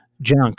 junk